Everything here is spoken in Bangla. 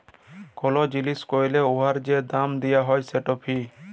কল জিলিস ক্যরলে উয়ার যে দাম দিয়া হ্যয় সেট ফি